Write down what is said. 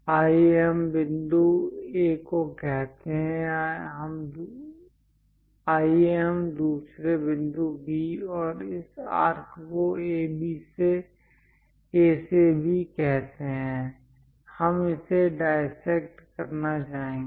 आइए हम बिंदु A को कहते हैं आइए हम दूसरे बिंदु B और इस आर्क को A से B कहते हैं हम इसे डायसेक्ट करना चाहेंगे